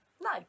no